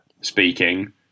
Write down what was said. speaking